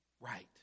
right